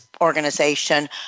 organization